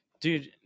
Dude